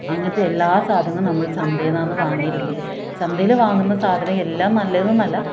അങ്ങനത്തെ എല്ലാ സാധനങ്ങളും നമ്മൾ ചന്തയിൽ നിന്നാണ് വാങ്ങിയിരുന്നത് ചന്തയിൽ വാങ്ങുന്ന സാധനം എല്ലാം നല്ലത് എന്ന് അല്ല